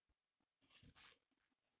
ya